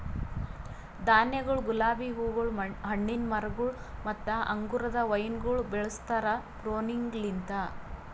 ಧಾನ್ಯಗೊಳ್, ಗುಲಾಬಿ ಹೂಗೊಳ್, ಹಣ್ಣಿನ ಮರಗೊಳ್ ಮತ್ತ ಅಂಗುರದ ವೈನಗೊಳ್ ಬೆಳುಸ್ತಾರ್ ಪ್ರೂನಿಂಗಲಿಂತ್